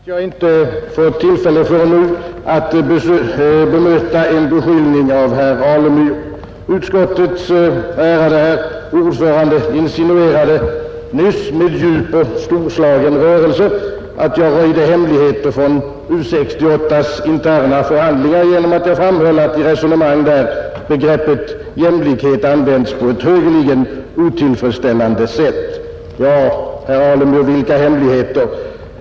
Herr talman! Jag beklagar att jag inte förrän nu har fått tillfälle att bemöta en beskyllning från herr Alemyr. Utskottets ärade ordförande insinuerade nyss med djup och storslagen rörelse att jag röjde hemligheter från U 68:s interna förhandlingar genom att jag framhöll att i resonemang därstädes begreppet jämlikhet användes på ett högeligen otillfredsställande sätt. Ja, herr Alemyr, vilka hemligheter!